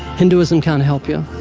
hinduism can't help you.